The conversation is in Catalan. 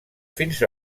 fins